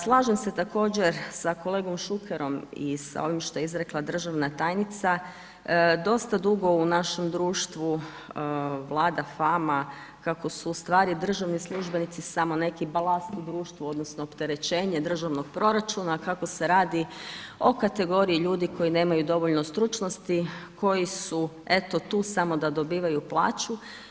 Slažem se također sa kolegom Šukerom i sa ovim što je izrekla državna tajnica, dosta dugo u našem društvu vlada fama, kako su ustvari državni službenici samo neki balans u društvu, odnosno, opterećenje u državnom proračunu kako se radi o kategoriji ljudi koji nemaju dovoljno stručnosti, koji su eto tu samo da dobivaju plaću.